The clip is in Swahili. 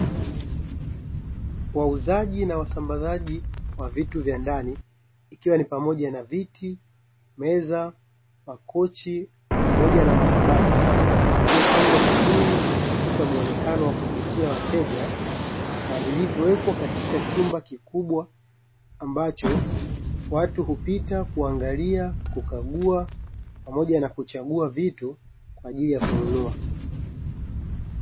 Wauzaji na wasambazaji wa vitu vya ndani, ikiwa ni pamoja na viti, meza, makochi pamoja na makabati, yaliyopangwa vizuri katika muonekano wa kuvutia wateja, na vilivyowekwa katika chumba kikubwa ambacho watu hupita kuangalia, kukagua pamoja na kuchagua vitu kwa ajili ya kununua.